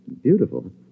Beautiful